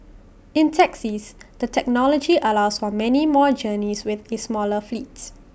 in taxis the technology allows for many more journeys with A smaller fleets